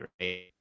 right